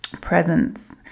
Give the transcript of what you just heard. presence